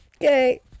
okay